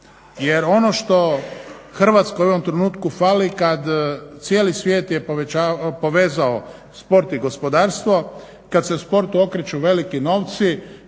Jer ono što Hrvatskoj u ovom trenutku fali kad cijeli svijet je povezao sport i gospodarstvo, kad se u sportu okreću veliki novci,